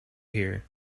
here